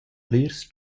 plirs